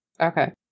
Okay